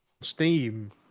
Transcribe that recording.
Steam